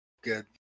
good